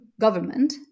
government